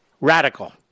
Radical